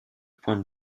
point